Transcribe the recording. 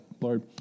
Lord